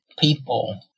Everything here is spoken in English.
people